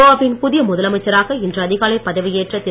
கோவாவின் புதிய முதலமைச்சராக இன்று அதிகாலை பதவி ஏற்ற திரு